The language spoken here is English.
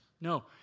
No